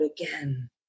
again